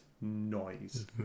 noise